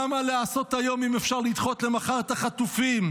למה לעשות היום אם אפשר לדחות למחר את החטופים,